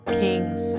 kings